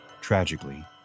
Tragically